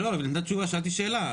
אבל שתיתן תשובה, שאלתי שאלה.